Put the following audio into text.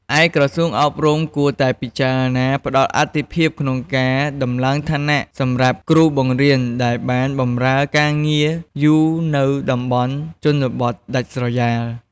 ឯក្រសួងអប់រំគួរតែពិចារណា ផ្តល់អាទិភាពក្នុងការដំឡើងឋានៈ សម្រាប់គ្រូបង្រៀនដែលបានបម្រើការងារយូរនៅតំបន់ជនបទដាច់ស្រយាល។